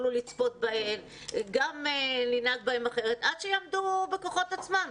ויצפו בו, עד שזה יעמוד בכוחות עצמו.